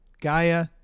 Gaia